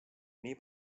nii